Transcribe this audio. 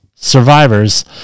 survivors